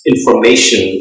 Information